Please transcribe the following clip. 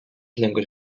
llengües